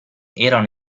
erano